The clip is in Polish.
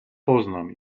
poznam